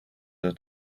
are